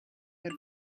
her